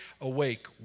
awake